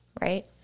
right